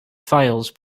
files